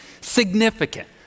significant